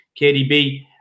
KDB